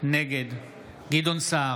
נגד גדעון סער,